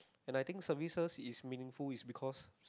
and I think services is meaningful is because